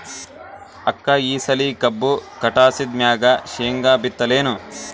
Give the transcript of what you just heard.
ಅಕ್ಕ ಈ ಸಲಿ ಕಬ್ಬು ಕಟಾಸಿದ್ ಮ್ಯಾಗ, ಶೇಂಗಾ ಬಿತ್ತಲೇನು?